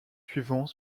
suivant